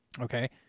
Okay